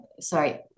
sorry